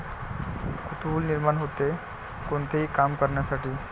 कुतूहल निर्माण होते, कोणतेही काम करण्यासाठी